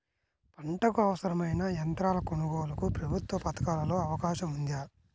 పంటకు అవసరమైన యంత్రాల కొనగోలుకు ప్రభుత్వ పథకాలలో అవకాశం ఉందా?